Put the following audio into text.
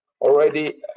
already